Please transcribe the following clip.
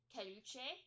Caluche